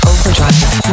Overdrive